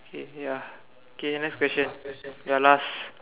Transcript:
eh ya K next question your last